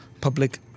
Public